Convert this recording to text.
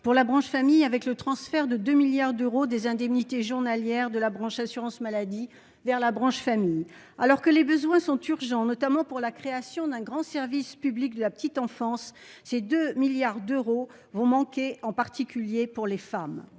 pour la branche famille, avec le transfert de 2 milliards d'euros des indemnités journalières de la branche assurance maladie vers la branche famille. Alors que les besoins sont urgents, notamment pour la création d'un grand service public de la petite enfance, ces 2 milliards d'euros manqueront, en particulier pour les femmes,